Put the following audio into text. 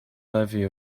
levy